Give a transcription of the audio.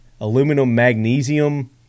aluminum-magnesium